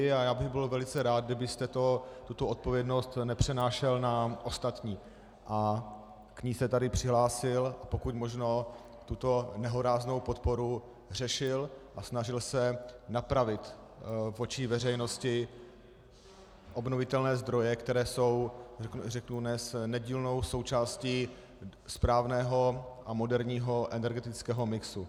A já bych byl velice rád, kdybyste tuto odpovědnost nepřenášel na ostatní, k ní se tady přihlásil a pokud možno tuto nehoráznou podporu řešil a snažil se napravit v očích veřejnosti obnovitelné zdroje, které jsou dnes nedílnou součástí správného a moderního energetického mixu.